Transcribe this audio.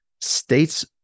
states